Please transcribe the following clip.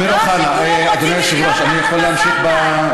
אם הם רוצים לחיות תחת אפרטהייד,